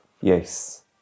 Yes